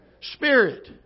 Spirit